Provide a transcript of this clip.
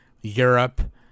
Europe